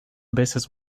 veces